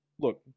Look